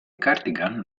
cardigan